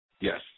Yes